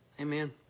Amen